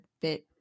bit